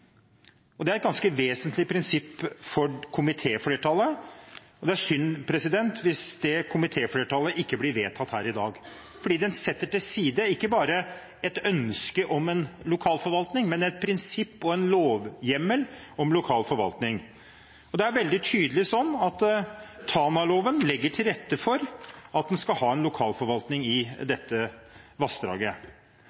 Det er et ganske vesentlig prinsipp for komitéflertallet, og det er synd hvis komiteens innstilling ikke blir vedtatt her i dag, for avtalen setter til side ikke bare et ønske om en lokalforvaltning, men et prinsipp og en lovhjemmel om lokal forvaltning. Det er veldig tydelig sånn at Tanaloven legger til rette for at en skal ha en lokalforvaltning i